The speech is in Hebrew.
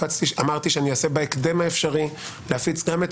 ואמרתי שאנסה בהקדם האפשרי להפיץ גם את